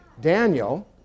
Daniel